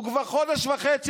הוא כבר חודש וחצי,